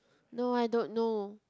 no I don't know